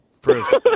Bruce